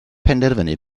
penderfynu